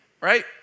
Right